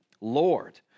Lord